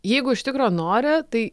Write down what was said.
jeigu iš tikro nori tai